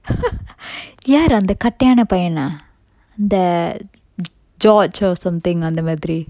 யாரு அந்த கட்டையான பையனா அந்த:yaru antha kattayana paiyana george or something அந்த மாதிரி:antha madiri